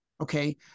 okay